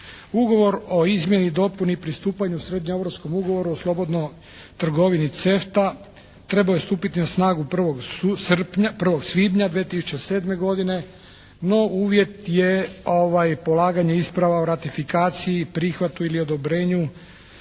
Ugovor o izmjeni, dopuni i pristupanju srednjeeuropskom ugovoru o slobodnoj trgovini CEFTA trebao je stupiti na snagu 1. svibnja 2007. godine. No, uvjet je polaganje isprava o ratifikaciji i prihvatu ili odobrenju